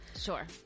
Sure